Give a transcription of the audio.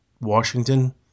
Washington